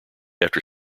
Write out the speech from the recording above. after